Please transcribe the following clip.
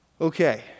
Okay